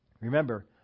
Remember